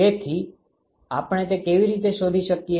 તેથી આપણે તે કેવી રીતે શોધી શકીએ